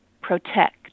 protect